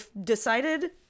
decided